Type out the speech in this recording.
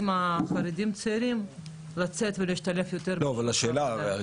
החרדים הצעירים לצאת ולהשתלב יותר בשוק העבודה.